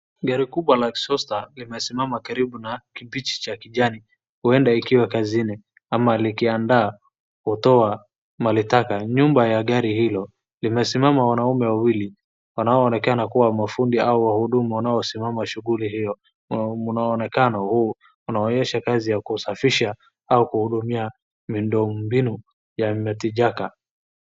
Gari kubwa la exhauster limesimama karibu na kijichi cha kijani, huenda ikiwa kazini ama likiandaa kutoa mali taka. Nyumba ya gari hilo limesimama wanaume wawili wanaonekana kuwa mafundi au wahudumu wanaosimama shuguli hiyo. Muonekano huu unaonyesha kazi ya kusafisha au kuhudumia midong mbinu ya mitijaka.